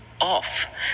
off